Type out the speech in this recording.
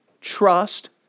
trust